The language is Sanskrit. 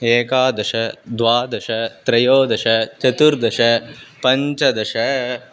एकादश द्वादश त्रयोदश चतुर्दश पञ्चदश